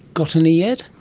got any yet?